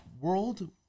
world